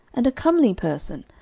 and a comely person,